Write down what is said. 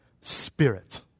Spirit